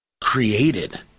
created